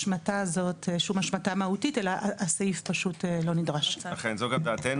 לא יהיה בזמן הצבעות אטרטר את האנשים ולא אטרטר את עצמי